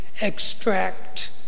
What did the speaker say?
extract